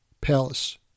Palace